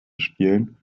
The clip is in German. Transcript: spielen